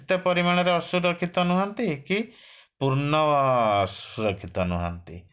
ସେତେ ପରିମାଣରେ ଅସୁରକ୍ଷିତ ନୁହଁନ୍ତି କି ପୂର୍ଣ୍ଣ ସୁରକ୍ଷିତ ନୁହଁନ୍ତି